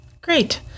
Great